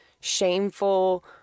shameful